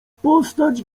postać